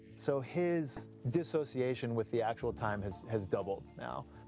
so his dissociation with the actual time has has doubled now.